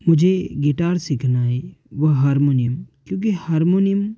मुझे गिटार सीखना है व हारमोनियम क्योंकि हारमोनियम